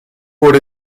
por